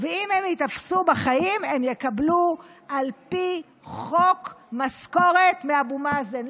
ואם הם ייתפסו בחיים הם יקבלו על פי חוק משכורת מאבו מאזן.